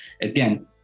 again